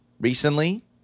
recently